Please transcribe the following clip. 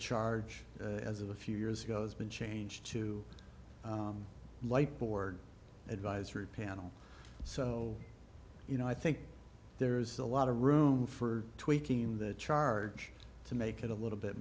charge as of a few years ago has been changed to light board advisory panel so you know i think there's a lot of room for tweaking the charge to make it a little bit